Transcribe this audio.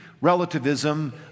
Relativism